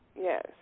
Yes